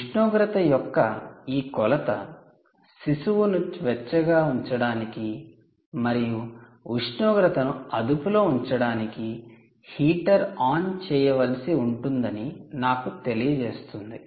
ఉష్ణోగ్రత యొక్క ఈ కొలత శిశువును వెచ్చగా ఉంచడానికి మరియు ఉష్ణోగ్రతను అదుపులో ఉంచడానికి హీటర్ ఆన్ చేయవలసి ఉంటుందని నాకు తెలియజేస్తుంది